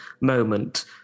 moment